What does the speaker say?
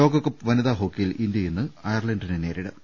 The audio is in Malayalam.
ലോകകപ്പ് വനിതാ ഹോക്കിയിൽ ഇന്ത്യ ഇന്ന് അയർലൻ്റിനെ നേരിടും